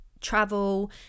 travel